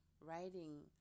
writing